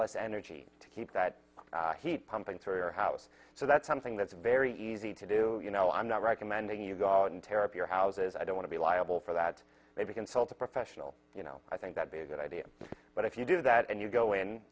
less energy to keep that heat pumping through your house so that's something that's very easy to do you know i'm not recommending you go and tear up your house as i don't want to be liable for that maybe consult a professional you know i think that be a good idea but if you do that and you go in